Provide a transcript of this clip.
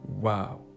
Wow